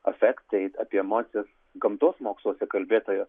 afektai apie emocijas gamtos moksluose kalbėta